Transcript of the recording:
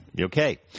Okay